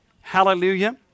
Hallelujah